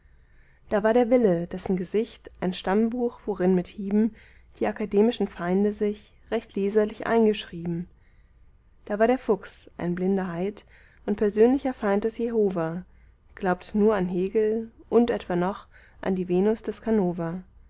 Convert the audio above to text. da war der wille dessen gesicht ein stammbuch worin mit hieben die akademischen feinde sich recht leserlich eingeschrieben da war der fucks ein blinder heid und persönlicher feind des jehova glaubt nur an hegel und etwa noch an die venus des